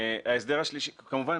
כמובן,